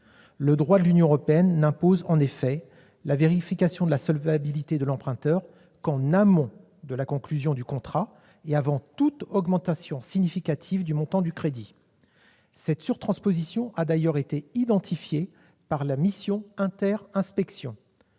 Le droit de l'Union européenne n'impose en effet la vérification de la solvabilité de l'emprunteur qu'en amont de la conclusion du contrat et avant toute augmentation significative du montant du crédit. Cette surtransposition a d'ailleurs été identifiée par la mission inter-inspections